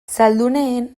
salduenen